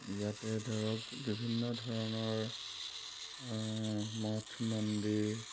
ইয়াতে ধৰক বিভিন্ন ধৰণৰ মঠ মন্দিৰ